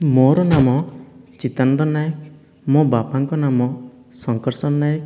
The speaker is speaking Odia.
ମୋର ନାମ ଚିତ୍ତାନନ୍ଦ ନାୟକ ମୋ' ବାପାଙ୍କ ନାମ ଶଙ୍କର୍ଷଣ ନାୟକ